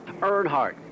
Earnhardt